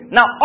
Now